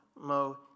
Mo